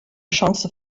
chance